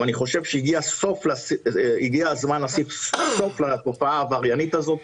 אבל הגיע הזמן לשים סוף לתופעה העבריינית הזאת